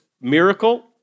miracle